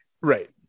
Right